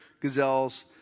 gazelles